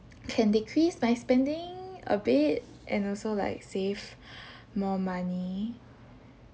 can decrease by spending a bit and also like save more money